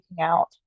out